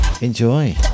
Enjoy